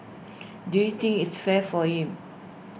do you think its fair for him